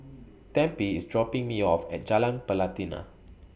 Tempie IS dropping Me off At Jalan Pelatina